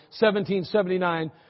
1779